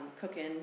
cooking